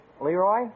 Leroy